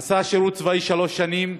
עשה שירות צבאי שלוש שנים,